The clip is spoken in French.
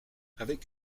avec